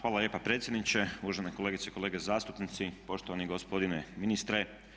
Hvala lijepa predsjedniče, uvažene kolegice i kolege zastupnici, poštovani gospodine ministre.